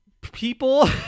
people